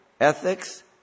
ethics